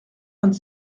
vingt